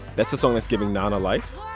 that's the song that's giving nana life.